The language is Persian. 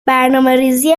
برنامهریزی